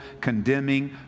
condemning